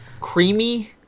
creamy